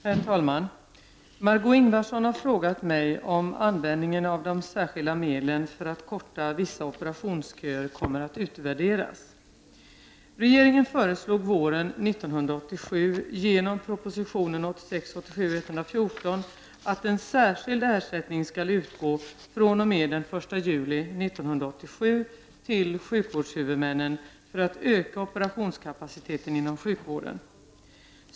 Herr talman! Margö Ingvardsson har frågat mig, om användningen av de särskilda medlen för att korta vissa operationsköer kommer att utvärderas. Regeringen föreslog våren 1987 genom propositionen 1986/87:114 att en särskild ersättning skulle utgå fr.o.m. den 1 juli 1987 till sjukvårdshuvudmännen för att öka operationskapaciteten inom sjukvården.